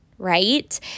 right